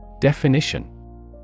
Definition